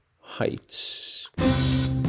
Heights